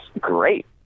great